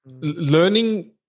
Learning